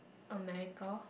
America